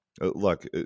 look